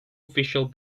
official